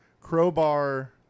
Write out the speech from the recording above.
Crowbar